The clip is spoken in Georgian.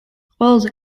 ყველაზე